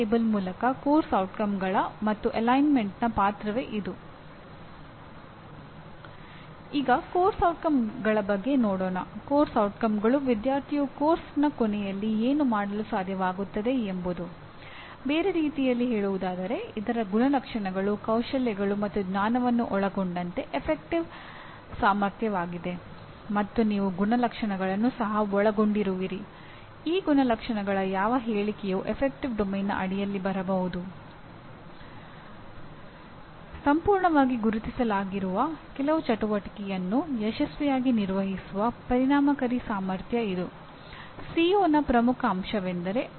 ಈ ಮೊದಲನೆಯ ಪಾಠದ ಕೊನೆಯಲ್ಲಿ ವಿದ್ಯಾರ್ಥಿಗಳು ಅಂದರೆ ಇಲ್ಲಿ ಕಲಿಯುವ ಮತ್ತು ಮಹತ್ವಾಕಾಂಕ್ಷೆಯುಳ್ಳ ಶಿಕ್ಷಕರು ಪರಿಣಾಮ ಆಧಾರಿತ ಶಿಕ್ಷಣದ ಸ್ವರೂಪ ಮತ್ತು ಎಂಜಿನಿಯರಿಂಗ್ನಲ್ಲಿ ಪದವಿಪೂರ್ವ ಕಾರ್ಯಕ್ರಮಕ್ಕೆ ಎನ್ಬಿಎ ನಿಗದಿಪಡಿಸಿದ ಉದ್ದೇಶಗಳನ್ನು ಮತ್ತು ಪರಿಣಾಮಗಳನ್ನು ಅರ್ಥಮಾಡಿಕೊಳ್ಳಲು ಸಾಧ್ಯವಾಗುತ್ತದೆ